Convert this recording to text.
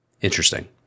Interesting